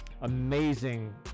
amazing